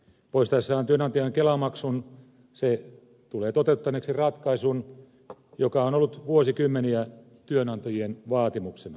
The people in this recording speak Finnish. poistaessaan työnantajan kelamaksun se tulee toteuttaneeksi ratkaisun joka on ollut vuosikymmeniä työnantajien vaatimuksena